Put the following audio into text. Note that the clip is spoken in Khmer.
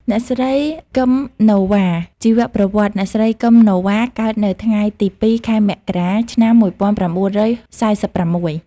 អ្នកស្រី គឹម ណូវ៉ា ជីវប្រវត្តិ អ្នកស្រី គឹម ណូវ៉ា កើតនៅថ្ងៃទី២ ខែមករា ឆ្នាំ១៩៤៦។